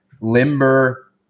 limber